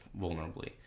vulnerably